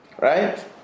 right